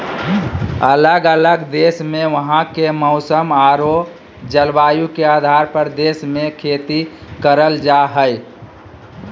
अलग अलग देश मे वहां के मौसम आरो जलवायु के आधार पर देश मे खेती करल जा हय